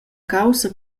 caussa